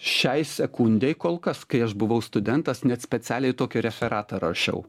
šiai sekundei kol kas kai aš buvau studentas net specialiai tokį referatą rašiau